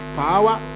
power